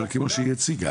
אבל כמו שהיא הציגה.